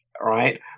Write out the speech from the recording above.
right